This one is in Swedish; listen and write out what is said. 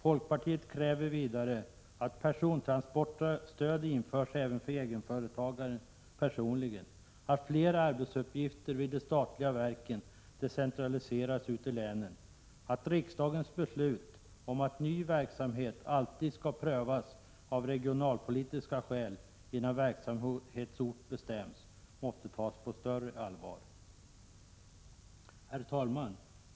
Folkpartiet kräver vidare att persontransportstöd införs även för egenföretagaren personligen, att fler arbetsuppgifter vid de statliga verken decentraliseras ut i länen och att riksdagens beslut om att ny verksamhet alltid skall prövas av regionalpolitiska skäl innan verksamhetsort bestäms tas på större allvar. Herr talman!